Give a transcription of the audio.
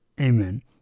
Amen